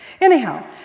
Anyhow